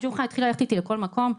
ג'וחא התחילה ללכת איתי לכל מקום,